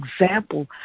example